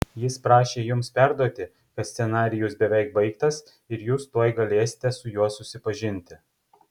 jis prašė jums perduoti kad scenarijus beveik baigtas ir jūs tuoj galėsite su juo susipažinti